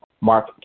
Mark